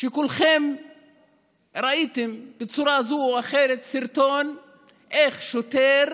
שכולכם ראיתם, בצורה זו או אחרת, סרטון איך שוטר